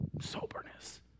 soberness